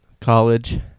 college